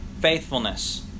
faithfulness